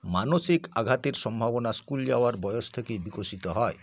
মানসিক আঘাতের সম্ভাবনা স্কুল যাওয়ার বয়স থেকেই বিকশিত হয়